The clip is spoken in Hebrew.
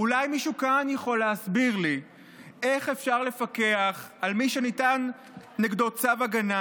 אולי מישהו כאן יכול להסביר לי איך אפשר לפקח על מי שניתן נגדו צו הגנה,